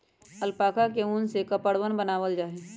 alpaca के उन से कपड़वन बनावाल जा हई